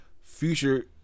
Future